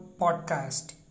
podcast